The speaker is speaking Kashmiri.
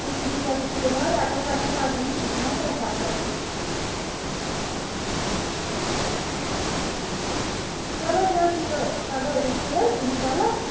فٔسٹٕکِس بَچَس چھُو تُہۍ ہٮ۪وان رٮ۪تَس اگر پَرنٲوِو تٔمِس چھِ ہٮ۪وان ترٛےٚ ساس رۄپیہِ فٔسٹٕکِس بَچَس اَچھا اَچھا ٹھیٖک چھُ ٹھیٖک چھُ اَہَن حظ آ ٹھیٖک چھُ چلو أسۍ حظ یہِ پگاہ وُچھو أسۍ اِنشاء اللہ